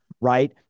right